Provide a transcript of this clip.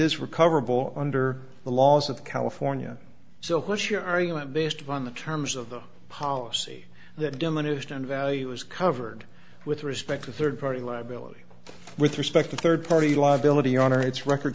is recoverable under the laws of california so what's your argument based upon the terms of the policy that diminished in value is covered with respect to third party liability with respect to third party liability on its record